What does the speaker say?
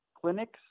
clinics